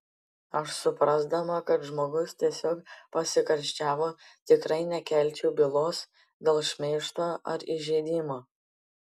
aš suprasdama kad žmogus tiesiog pasikarščiavo tikrai nekelčiau bylos dėl šmeižto ar įžeidimo